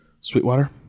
Sweetwater